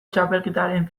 txapelketaren